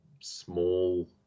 small